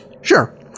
Sure